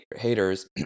haters